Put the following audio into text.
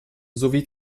sowie